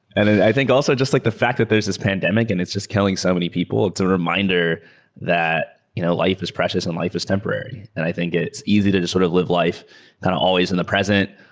and and i think also just like the fact that there's this pandemic and it's just killing so many people. it's a reminder that you know life is precious and life is temporary, and i think it's easy to just sort of live life kind of always in the present,